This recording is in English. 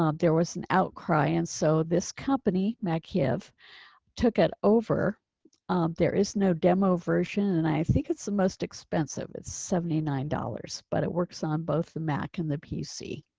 um there was an outcry. and so this company mackiev took it over there is no demo version. and i think it's the most expensive. it's seventy nine dollars but it works on both the mac, and the pc.